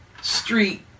Street